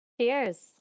Cheers